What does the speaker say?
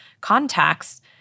contacts